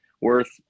worth